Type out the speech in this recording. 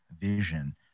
vision